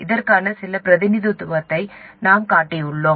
அதற்கான சில பிரதிநிதித்துவத்தை நான் காட்டியுள்ளேன்